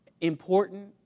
important